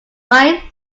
wife